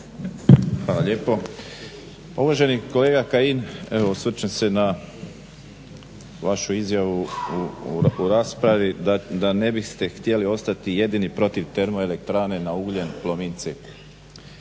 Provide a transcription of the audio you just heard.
lijepo. Pa uvaženi kolega Kajin, evo osvrćem se na vašu izjavu u raspravi da ne biste htjeli ostati jedini protiv termoelektrane na ugljen, Plomin